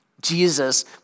Jesus